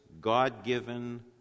God-given